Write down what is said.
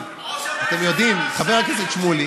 ראש הממשלה נסע לחצי הגמר.